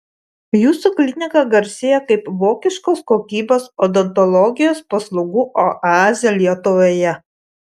jūsų klinika garsėja kaip vokiškos kokybės odontologijos paslaugų oazė lietuvoje